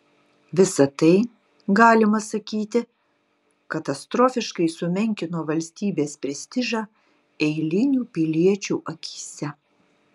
visa tai galima sakyti katastrofiškai sumenkino valstybės prestižą eilinių piliečių akyse